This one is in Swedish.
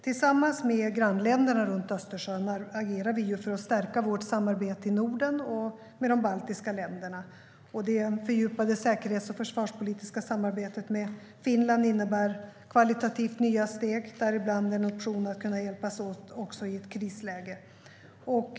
Tillsammans med grannländerna runt Östersjön agerar vi för att stärka vårt samarbete i Norden och med de baltiska länderna. Det fördjupade säkerhets och försvarspolitiska samarbetet med Finland innebär nya steg, däribland en option att kunna hjälpas åt också i ett krisläge.